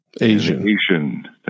Asian